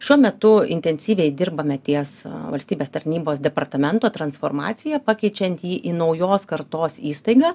šiuo metu intensyviai dirbame ties valstybės tarnybos departamento transformacija pakeičiant jį į naujos kartos įstaigą